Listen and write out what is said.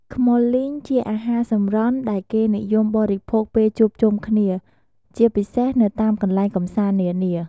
ខ្មុលលីងជាអាហារសម្រន់ដែលគេនិយមបរិភោគពេលជួបជុំគ្នា ជាពិសេសនៅតាមកន្លែងកំសាន្តនានា។